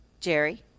jerry